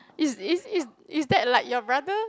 is is is is that like your brother